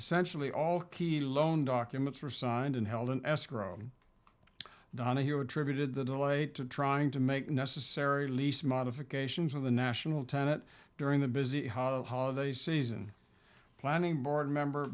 essentially all key loan documents were signed and held in escrow donaghue attributed the delay to trying to make necessary lease modifications of the national tenet during the busy holiday season planning board member